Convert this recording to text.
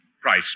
price